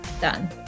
done